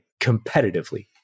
competitively